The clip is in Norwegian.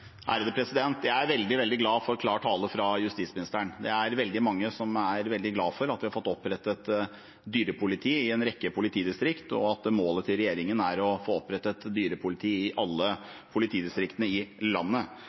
Jeg er veldig, veldig glad for klar tale fra justisministeren. Det er veldig mange som er veldig glad for at vi har fått opprettet dyrepoliti i en rekke politidistrikt, og at målet til regjeringen er å få opprettet dyrepoliti i alle politidistriktene i landet.